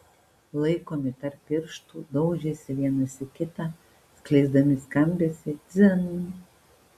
laikomi tarp pirštų daužėsi vienas į kitą skleisdami skambesį dzin